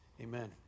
amen